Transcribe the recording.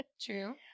True